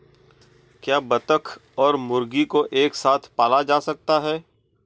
क्या बत्तख और मुर्गी को एक साथ पाला जा सकता है?